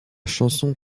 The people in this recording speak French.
chanson